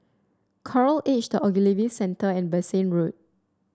Coral Edged Ogilvy Centre and Bassein Road